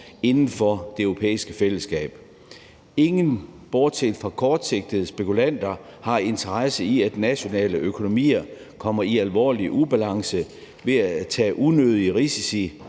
inden for det europæiske fællesskab. Ingen, bortset fra kortsigtede spekulanter, har interesse i, at nationale økonomier kommer i alvorlig ubalance ved at tage unødige risici